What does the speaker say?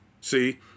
see